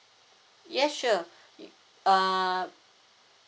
yes sure uh